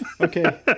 Okay